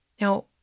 Now